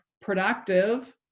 productive